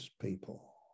people